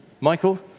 Michael